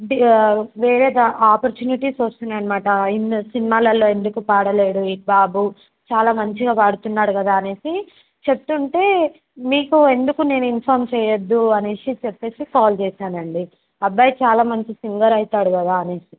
వేరే ఆప్పోర్చునిటీస్ వస్తున్నాయి అన్నమాట సినిమాలలో ఎందుకు పాడలేడు ఈ బాబు చాలా మంచిగా పాడుతున్నాడు కదా అని చెప్తుంటే మీకు ఎందుకు నేను ఇన్ఫార్మ్ చేయద్దు అని చెప్పి కాల్ చేశాను అండి అబ్బాయి చాలా మంచి సింగర్ అవుతాడు కదా అని